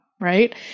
Right